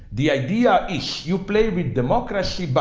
the idea is you play with democracy, but,